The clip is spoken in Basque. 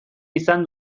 izan